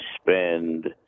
spend